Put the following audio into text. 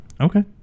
Okay